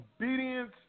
Obedience